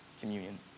communion